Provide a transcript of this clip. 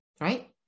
right